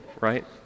right